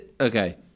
Okay